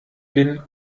bin